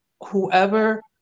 whoever